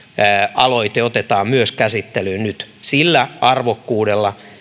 aloite otetaan myös käsittelyyn nyt sillä arvokkuudella